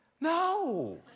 No